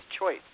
choice